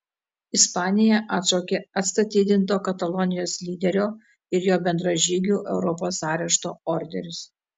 ispanija atšaukė atstatydinto katalonijos lyderio ir jo bendražygių europos arešto orderius